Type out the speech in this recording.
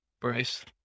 Bryce